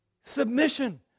Submission